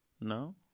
No